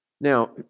Now